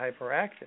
hyperactive